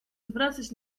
zwracać